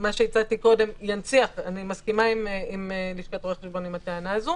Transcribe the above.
שהצעתי קודם זה ינציח אני מסכימה עם הטענה הזו